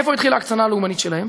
איפה התחילה ההקצנה הלאומנית שלהם?